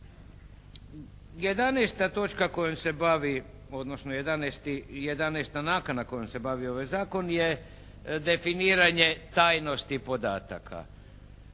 11. točka kojom se bavi, odnosno 11. nakana kojom se bavi ovaj Zakon je definiranje tajnosti podataka.